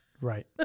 right